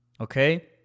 Okay